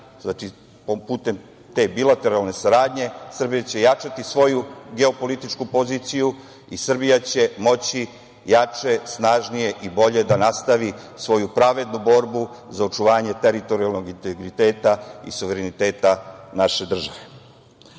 jačati, putem te bilateralne saradnje, svoju geopolitičku poziciju i Srbija će moći jače, snažnije i bolje da nastavi svoju pravednu borbu za očuvanje teritorijalnog integriteta i suvereniteta naše